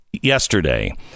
yesterday